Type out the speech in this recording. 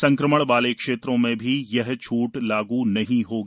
संक्रमण वाले क्षेत्रों में भी यह छूट लागू नहीं होगी